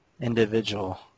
individual